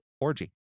orgy